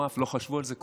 לא חשבו על זה קודם: